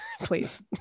please